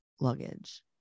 luggage